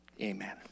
Amen